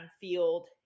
field